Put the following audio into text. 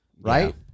right